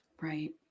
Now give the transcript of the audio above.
Right